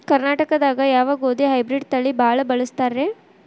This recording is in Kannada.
ಕರ್ನಾಟಕದಾಗ ಯಾವ ಗೋಧಿ ಹೈಬ್ರಿಡ್ ತಳಿ ಭಾಳ ಬಳಸ್ತಾರ ರೇ?